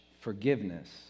forgiveness